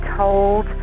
told